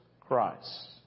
Christ